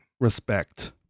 Respect